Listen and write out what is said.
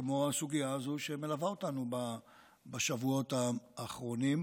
כמו הסוגיה הזו שמלווה אותנו בשבועות האחרונים,